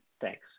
thanks